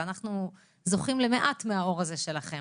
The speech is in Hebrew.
ואנחנו זוכים למעט מהאור הזה שלכם.